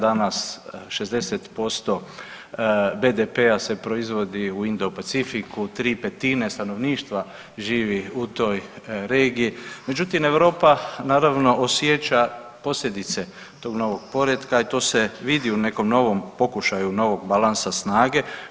Danas 60% BDP-a se proizvodi u indopacifiku 2/5 stanovništva živi u toj regiji, međutim Europa naravno osjeća posljedice tog novog poretka i to se vidi u nekom novom pokušaju novog balansa snage.